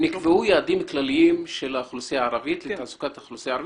נקבעו יעדים כלליים לתעסוקת האוכלוסייה הערבית.